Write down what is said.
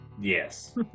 yes